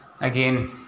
again